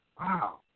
wow